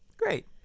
Great